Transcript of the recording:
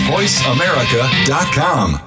VoiceAmerica.com